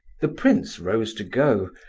the prince rose to go,